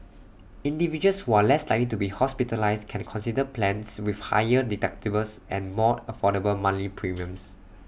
individuals who are less likely to be hospitalised can consider plans with higher deductibles and more affordable monthly premiums